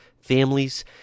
families